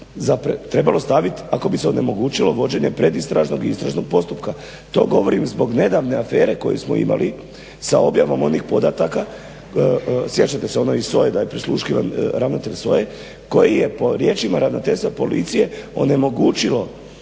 trebalo staviti ako bi se onemogućilo vođenje predistražnog i istražnog postupka. To govorim zbog nedavne afere koju smo imali sa objavom onih podataka, sjećate se ono iz SOA-e da je prisluškivan ravnatelj SOA-e koji je po riječima ravnateljstva policije onemogućili